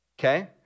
Okay